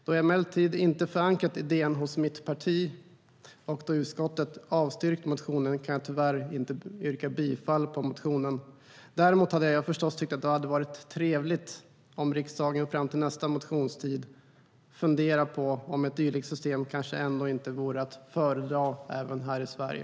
Då jag emellertid inte förankrat idén hos mitt parti och då utskottet avstyrkt motionen kan jag tyvärr inte yrka bifall till motionen. Däremot tycker jag förstås att det vore trevligt om riksdagen fram till nästa motionstid funderar på om ett dylikt system kanske ändå vore att föredra även i här i Sverige.